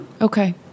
Okay